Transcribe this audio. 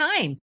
time